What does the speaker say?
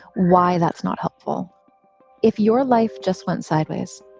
why? that's not helpful if your life just went sideways,